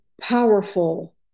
powerful